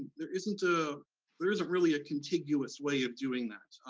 there isn't, ah there isn't really a contiguous way of doing that.